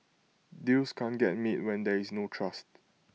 deals can't get made when there is no trust